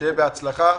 שיהיה בהצלחה,